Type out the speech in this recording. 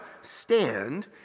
stand